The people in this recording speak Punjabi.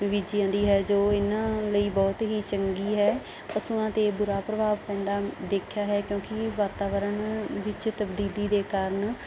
ਬੀਜੀ ਜਾਂਦੀ ਹੈ ਜੋ ਇਹਨਾਂ ਲਈ ਬਹੁਤ ਹੀ ਚੰਗੀ ਹੈ ਪਸ਼ੂਆਂ 'ਤੇ ਬੁਰਾ ਪ੍ਰਭਾਵ ਪੈਂਦਾ ਦੇਖਿਆ ਹੈ ਕਿਉਂਕਿ ਵਾਤਾਵਰਣ ਵਿੱਚ ਤਬਦੀਲੀ ਦੇ ਕਾਰਨ